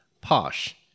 Posh